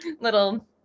little